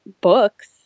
books